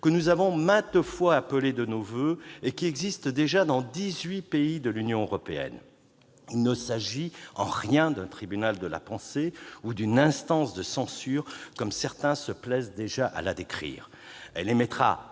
que nous avons maintes fois appelée de nos voeux et qui existe déjà dans dix-huit pays de l'Union européenne, sera très utile. Il ne s'agira nullement d'un tribunal de la pensée ou d'une instance de censure, ainsi que certains se plaisent déjà à la décrire. Elle émettra